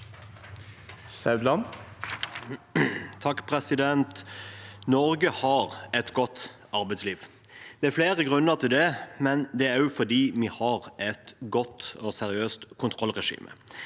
Norge har et godt arbeidsliv. Det er flere grunner til det, men det er også fordi vi har et godt og seriøst kontrollregime.